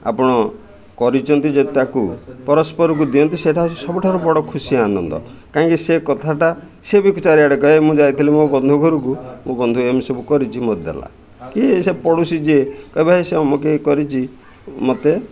ଆପଣ କରିଛନ୍ତି ଯଦି ତାକୁ ପରସ୍ପରକୁ ଦିଅନ୍ତୁ ସେଇଟା ହେଉଛି ସବୁଠାରୁ ବଡ଼ ଖୁସି ଆନନ୍ଦ କାହିଁକି ସେ କଥାଟା ସେ ବି ଚାରିଆଡ଼େ କହିବେ ମୁଁ ଯାଇଥିଲି ମୋ ବନ୍ଧୁ ଘରକୁ ମୁଁ ବନ୍ଧୁ ଏମିତି ସବୁ କରିଛି ମୋତେ ଦେଲା କି ସେ ପଡ଼ୋଶୀ ଯିଏ କହିବା ସେ ଅମକେଇ କରିଛି ମୋତେ